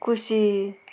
खुशी